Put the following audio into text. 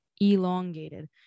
elongated